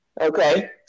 okay